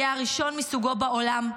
יהיה הראשון מסוגו בעולם,